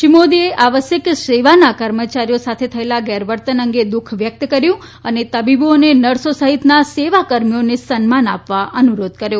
શ્રી મોદીએ આવશ્યક સેવાના કર્મચારીઓ સામે થયેલા ગેરવર્તન અંગે દુઃખ વ્યકત કર્યુ અને તબીબો નર્સો સહિતના સેવાકર્મીઓને સન્માન આપવા અનુરોધ કર્યો